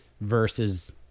versus